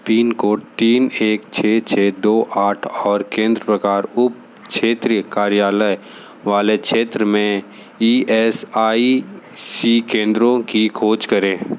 pin code तीन एक छः छः दो आठ और केंद्र प्रकार उपक्षेत्रीय कार्यालय वाले क्षेत्र में ई एस आई सी केंद्रों की खोज करें